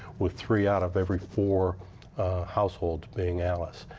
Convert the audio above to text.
with three out of every four households being alice.